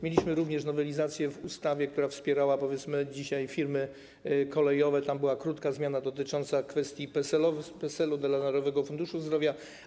Mielimy również nowelizację w ustawie, która wspierała, powiedzmy dzisiaj, firmy kolejowe - tam była krótka zmiana dotycząca kwestii PESEL-u dla Narodowego Funduszu Zdrowia.